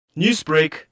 Newsbreak